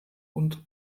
und